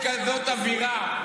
יש כאן כזאת אווירה,